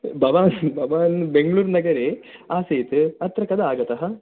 भवान् भवान् बेङ्गळूर् नगरे आसीत् अत्र कदा आगतः